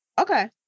Okay